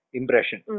impression